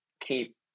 keep